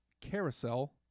Carousel